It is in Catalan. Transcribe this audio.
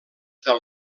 del